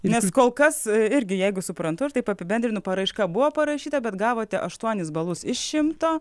nes kol kas irgi jeigu suprantu ir taip apibendrinu paraiška buvo parašyta bet gavote aštuonis balus iš šimto